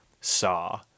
saw